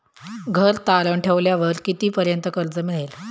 घर तारण ठेवल्यावर कितीपर्यंत कर्ज मिळेल?